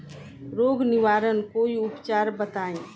रोग निवारन कोई उपचार बताई?